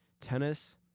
tennis